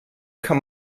kann